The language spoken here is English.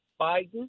Biden